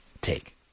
take